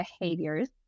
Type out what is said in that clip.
behaviors